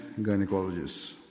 gynecologists